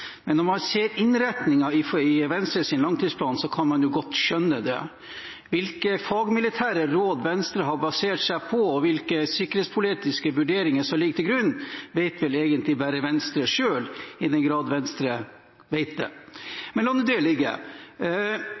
men når man ser innretningen på Venstres langtidsplan, kan man godt skjønne det. Hvilke fagmilitære råd Venstre har basert seg på, og hvilke sikkerhetspolitiske vurderinger som ligger til grunn, vet vel egentlig bare Venstre selv, i den grad Venstre vet det. Men la nå det ligge.